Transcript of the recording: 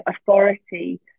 authority